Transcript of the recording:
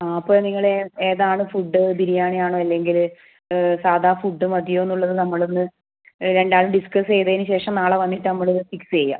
ആ അപ്പോൾ നിങ്ങൾ ഏതാണ് ഫുഡ്ഡ് ബിരിയാണി ആണോ അല്ലെങ്കിൽ സാധാ ഫുഡ്ഡ് മതിയോ എന്ന് ഉള്ളത് നമ്മളൊന്ന് രണ്ടാളും ഡിസ്കസ് ചെയ്തതിന് ശേഷം നാളെ വന്നിട്ട് നമ്മൾ ഫിക്സ് ചെയ്യാം